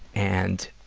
and,